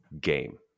game